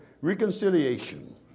reconciliation